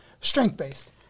strength-based